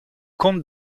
comte